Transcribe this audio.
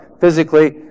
Physically